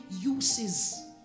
uses